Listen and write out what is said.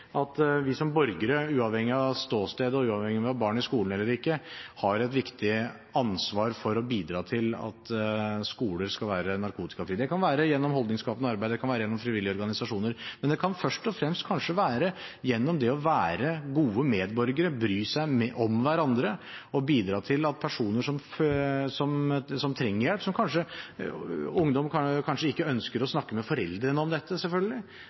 at vi som borgere, uavhengig av ståsted og uavhengig av om vi har barn i skolen eller ikke, har et viktig ansvar for å bidra til at skoler skal være narkotikafrie. Det kan være gjennom holdningsskapende arbeid, det kan være gjennom frivillige organisasjoner, men det kan først og fremst kanskje være gjennom det å være gode medborgere, bry seg om hverandre og bidra til at personer som trenger hjelp – som ungdommer, som selvfølgelig ikke ønsker å snakke med foreldrene om dette.